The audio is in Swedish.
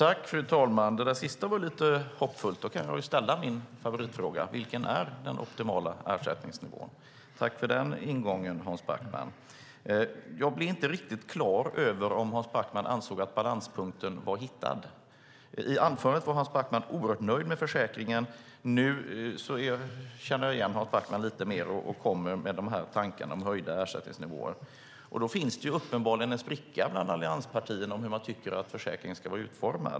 Fru talman! Det sista var lite hoppfullt. Då kan jag ställa min favoritfråga. Vilken är den optimala ersättningsnivån? Tack för den ingången, Hans Backman! Jag blir inte riktigt klar över om Hans Backman anser att balanspunkten är hittad. I anförandet var Hans Backman oerhört nöjd med försäkringen. Nu känner jag igen Hans Backman lite mer när han kommer med de här tankarna om höjda ersättningsnivåer. Det finns uppenbarligen en spricka mellan allianspartierna om hur försäkringen ska vara utformad.